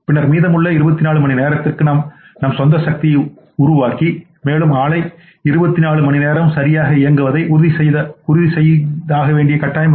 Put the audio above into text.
பின்னர் மீதமுள்ள 24 மணி நேரத்திற்கு நாம் நம் சொந்த சக்தியை உருவாக்குவோம் மேலும் ஆலை 24 மணிநேரமும் சரியாக இயங்குவதை உறுதி செய்வோம்